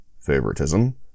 Favoritism